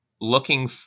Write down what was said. looking